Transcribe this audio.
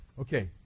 okay